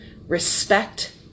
respect